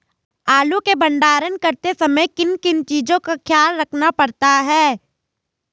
आलू के भंडारण करते समय किन किन चीज़ों का ख्याल रखना पड़ता है?